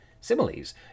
Similes